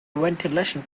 ventilation